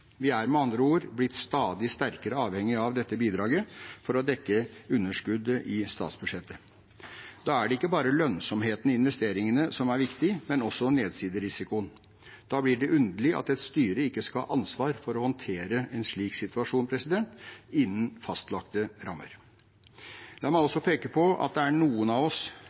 Vi er med andre ord blitt stadig sterkere avhengig av dette bidraget for å dekke underskuddet i statsbudsjettet. Da er det ikke bare lønnsomheten i investeringene som er viktig, men også nedsiderisikoen. Da blir det underlig at et styre ikke skal ha ansvar for å håndtere en slik situasjon innen fastlagte rammer. La meg også peke på at noen av oss